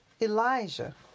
Elijah